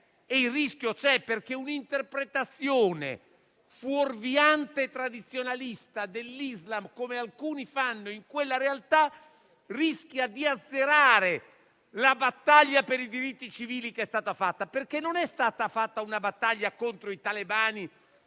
Il rischio c'è, perché un'interpretazione fuorviante e tradizionalista dell'Islam, come alcuni fanno in quella realtà, rischia di azzerare la battaglia per i diritti civili che è stata fatta. Non è stata fatta una battaglia contro i talebani,